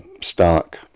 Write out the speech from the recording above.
stark